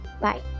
Bye